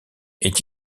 est